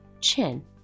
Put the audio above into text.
chin